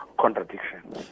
contradiction